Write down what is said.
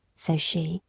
says she,